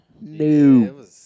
No